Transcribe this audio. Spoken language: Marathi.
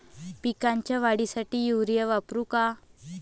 पिकाच्या वाढीसाठी युरिया वापरू का?